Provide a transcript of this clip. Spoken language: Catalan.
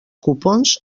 copons